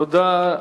תודה רבה.